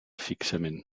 fixament